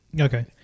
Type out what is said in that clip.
Okay